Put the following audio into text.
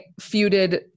feuded